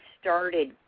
started